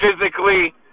physically